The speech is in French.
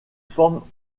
forment